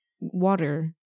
Water